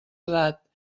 edat